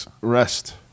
rest